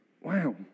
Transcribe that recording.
Wow